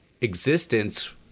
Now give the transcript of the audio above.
existence